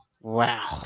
wow